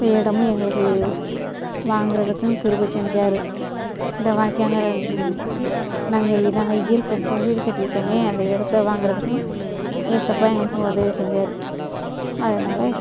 இந்த இடமும் எங்களுக்கு வாங்கிறதுக்கும் கிருபை செஞ்சார் இந்த வாய்க்காங்கரை நாங்கள் நாங்கள் இருக்க இப்போ வீடு கட்டியிருக்கமே அந்த இடத்த வாங்கிறதுக்கும் ஏசப்பா எங்களுக்கு உதவி செஞ்சார் அதனால்